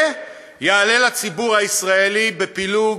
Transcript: זה יעלה לציבור הישראלי בפילוג